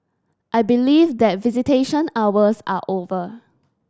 I believe that visitation hours are over